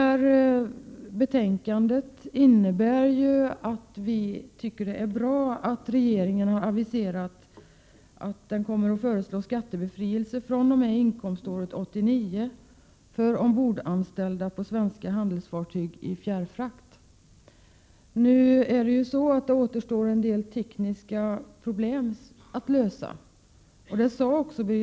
Vi tycker att det är bra att regeringen har aviserat att den kommer att föreslå skattebefrielse fr.o.m. inkomståret 1989 för ombordanställda på svenskt handelsfartyg i fjärrfrakt. Nu återstår det en del Prot. 1987/88:130 tekniska problem att lösa, vilket Birger Rosqvist också framhöll.